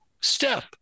step